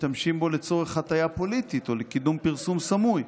ומשתמשים בו לצורך הטיה פוליטית או לקידום פרסום סמוי,